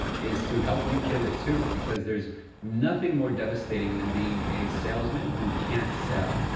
is to help you kill it too. because there's nothing more devastating than being a salesman who can't sell.